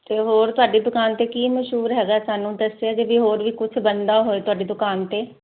ਤੇ ਹੋਰ ਤੁਹਾਡੀ ਦੁਕਾਨ ਤੇ ਕੀ ਮਸ਼ਹੂਰ ਹੈਗਾ ਸਾਨੂੰ ਦੱਸਿਆ ਜੇ ਵੀ ਹੋਰ ਵੀ ਕੁਛ ਬਣਦਾ ਹੋਏ ਤੁਹਾਡੀ ਦੁਕਾਨ ਤੇ